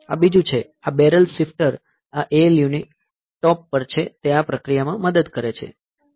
આ બીજું છે આ બેરલ શિફ્ટર આ ALU ની ટોપ પર છે તે આ પ્રક્રિયા માં મદદ કરે છે